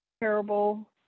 terrible